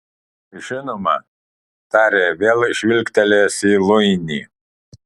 žinoma tarė vėl žvilgtelėjęs į luinį